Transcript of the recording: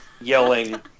yelling